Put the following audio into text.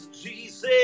Jesus